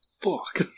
fuck